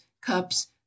cups